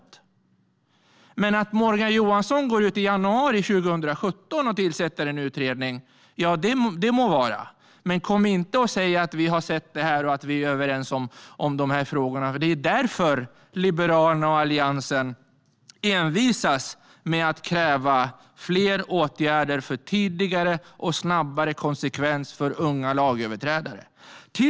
Det må så vara att Morgan Johansson går ut i januari 2017 och tillsätter en utredning, men kom inte och säg att vi är överens om de här frågorna! Det är nämligen därför Liberalerna och Alliansen envisas med att kräva fler åtgärder för tydligare och snabbare konsekvenser för unga lagöverträdare. Herr talman!